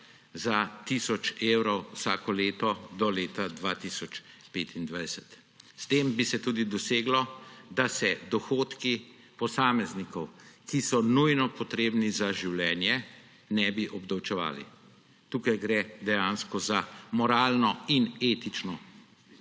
za tisoč evrov vsako leto do leta 2025. S tem bi se tudi doseglo, da se dohodki posameznikov, ki so nujno potrebni za življenje, ne bi obdavčevali. Tu gre dejansko za moralno in etično